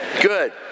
Good